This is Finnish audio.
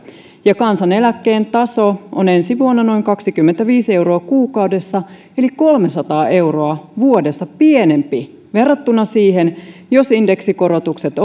ja kansaneläkkeen taso on ensi vuonna noin kaksikymmentäviisi euroa kuukaudessa eli kolmesataa euroa vuodessa pienempi verrattuna siihen jos indeksikorotukset